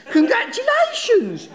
Congratulations